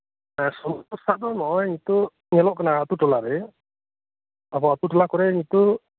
ᱥᱚᱢᱚᱥᱟ ᱫᱚ ᱱᱚᱜᱚᱭ ᱧᱤᱛᱚᱜ ᱧᱮᱞᱚᱜ ᱠᱟᱱᱟ ᱟᱛᱩᱴᱚᱞᱟᱨᱮ ᱟᱵᱩ ᱟᱛᱩᱴᱚᱞᱟ ᱠᱚᱨᱮᱱᱠᱩ